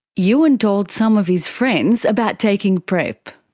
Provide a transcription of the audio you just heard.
ewan told some of his friends about taking prep.